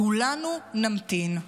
כולנו נמתין,